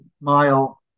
mile